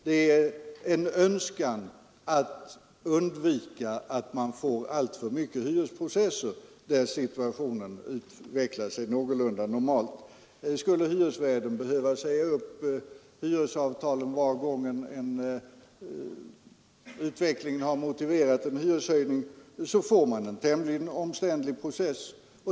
Det är frågan om en önskan att undvika att man får alltför många hyresprocesser när situationen utvecklar sig någorlunda normalt. Skulle hyresvärden behöva säga upp hyresavtalen var gång utvecklingen har motiverat en hyreshöjning, så får man en tämligen omständlig process.